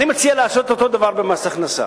אני מציע לעשות את אותו דבר במס הכנסה